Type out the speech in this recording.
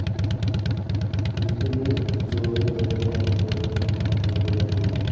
എൻ്റെ ജോലീന്ന് പറയുന്നത് ഞാനിപ്പോൾ ഒരൂ കമ്പനിയില് വർക്ക് ചെയ്യുവാണ്